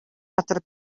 газар